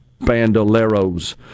bandoleros